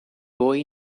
boy